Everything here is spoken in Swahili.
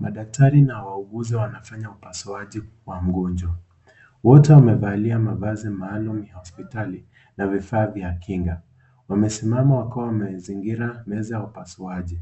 Madaktari na wauguzi wanafanya upasuaji kwa mgonjwa. Wote wamevalia mavazi maalum vya hosiptali na vifaa vya kinga, wamesimama wakiwa wamezingira meza ya upasuaji